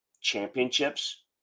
championships